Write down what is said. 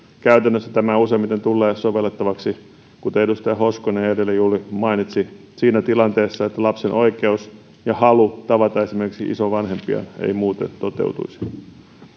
käytännössä tämä useimmiten tullee sovellettavaksi kuten edustaja hoskonen edellä juuri mainitsi siinä tilanteessa että lapsen oikeus ja halu tavata esimerkiksi isovanhempiaan ei muuten toteutuisi